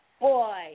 boy